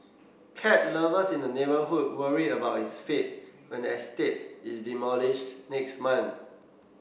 cat lovers in the neighbourhood worry about its fate when the estate is demolished next month